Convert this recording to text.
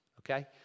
okay